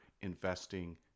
investing